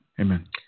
Amen